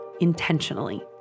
intentionally